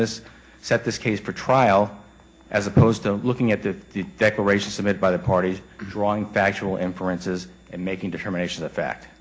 this set this case for trial as opposed to looking at the declaration of it by the parties drawing factual inferences and making determinations of fact